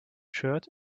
shirt